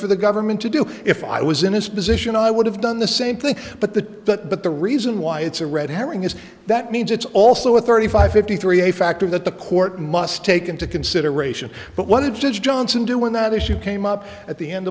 for the government to do if i was in his position i would have done the same thing but the but the reason why it's a red herring is that means it's also a thirty five fifty three a factor that the court must take into consideration but one of judge johnson do when that issue came up at the end